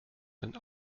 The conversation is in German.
denn